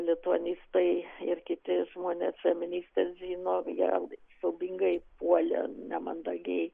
lituanistai ir kiti žmonės feministės žino ją siaubingai puolė nemandagiai